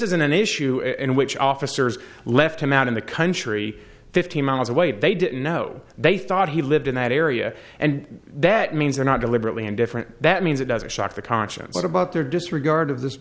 isn't an issue in which officers left him out in the country fifty miles away they didn't know they thought he lived in that area and that means they're not deliberately indifferent that means it doesn't shock the conscience about their disregard of this